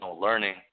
learning